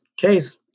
case